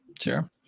Sure